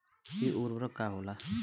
इ उर्वरक का होला?